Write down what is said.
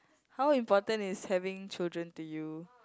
how important is having children to you